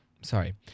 sorry